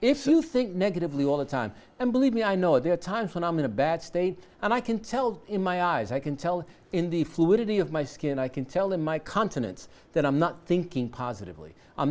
if you think negatively all the time and believe me i know there are times when i'm in a bad state and i can tell in my eyes i can tell in the fluidity of my skin i can tell in my countenance that i'm not thinking positively i'm